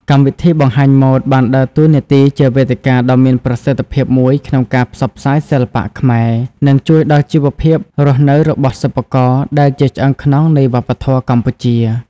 កម្មវិធីបង្ហាញម៉ូដបានដើរតួនាទីជាវេទិកាដ៏មានប្រសិទ្ធភាពមួយក្នុងការផ្សព្វផ្សាយសិល្បៈខ្មែរ និងជួយដល់ជីវភាពរស់នៅរបស់សិប្បករ ដែលជាឆ្អឹងខ្នងនៃវប្បធម៌កម្ពុជា។